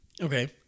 Okay